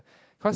cause